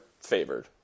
favored